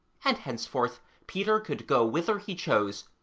and henceforth peter could go whither he chose,